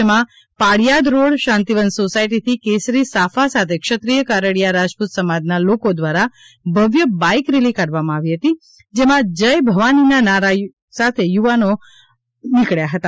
જેમાં Paliyad road Shantivan society થી કેસરી સાફા સાથે ક્ષત્રિય કારડીયા રાજપૂત સમાજ ના લોકો દ્વારા ભવ્ય બાઈક રેલી કાઢવામાં આવી હતી જેમાં જય ભવાની ના નારા યુવાનો દ્વારા લગાવામાં આવ્યા હતા